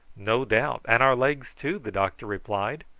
no doubt, and our legs too, the doctor replied.